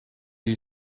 you